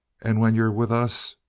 and when you're with us